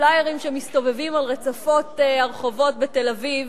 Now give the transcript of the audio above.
בפליירים שמסתובבים על רצפות הרחובות בתל-אביב,